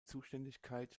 zuständigkeit